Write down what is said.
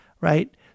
right